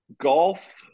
golf